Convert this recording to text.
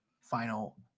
final